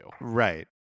right